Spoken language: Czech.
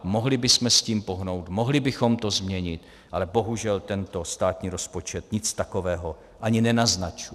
Mohli bychom s tím pohnout, mohli bychom to změnit, ale bohužel tento státní rozpočet nic takového ani nenaznačuje.